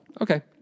Okay